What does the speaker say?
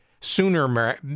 sooner